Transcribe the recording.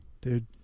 dude